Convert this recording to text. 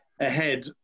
ahead